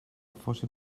fossin